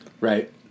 Right